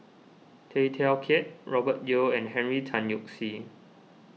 Tay Teow Kiat Robert Yeo and Henry Tan Yoke See